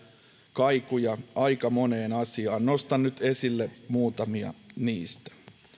kaikuja aika moneen asiaan nostan nyt esille muutamia niistä